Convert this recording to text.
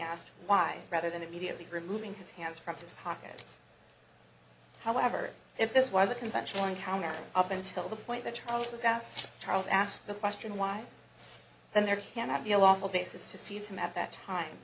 asked why rather than immediately removing his hands from his pockets however if this was a consensual encounter up until the point that it was asked charles asked the question why then there cannot be a lawful basis to seize him at that time